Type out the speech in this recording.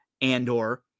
Andor